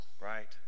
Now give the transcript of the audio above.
Right